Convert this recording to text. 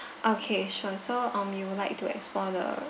okay sure so um you would like to explore the